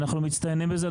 ואנחנו מצטיינים בזה,